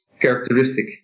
characteristic